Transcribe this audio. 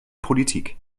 politik